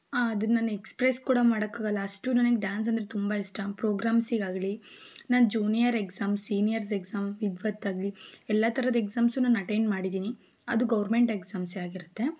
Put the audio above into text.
ಅದನ್ನು ನಾನು ಎಕ್ಸ್ಪ್ರೆಸ್ ಕೂಡ ಮಾಡಕ್ಕಾಗಲ್ಲ ಅಷ್ಟು ನನಗೆ ಡ್ಯಾನ್ಸ್ ಅಂದರೆ ತುಂಬ ಇಷ್ಟ ಪ್ರೋಗ್ರಾಮ್ಸಿಗಾಗಲಿ ನನ್ನ ಜ್ಯೂನಿಯರ್ ಎಕ್ಸಾಮ್ ಸೀನಿಯರ್ಸ್ ಎಕ್ಸಾಮ್ ವಿದ್ವತ್ ಆಗಲಿ ಎಲ್ಲ ಥರದ ಎಕ್ಸಾಮ್ಸು ನಾನು ಅಟೆಂಡ್ ಮಾಡಿದ್ದೀನಿ ಅದು ಗೌವ್ರಮೆಂಟ್ ಎಕ್ಸಾಮ್ಸೇ ಆಗಿರುತ್ತೆ